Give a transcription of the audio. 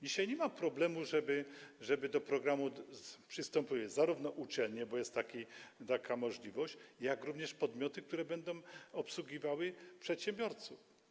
Dzisiaj nie ma problemu, żeby do programu przystępowały zarówno uczelnie, bo jest taka możliwość, jak i podmioty, które będą obsługiwały przedsiębiorców.